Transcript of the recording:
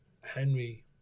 Henry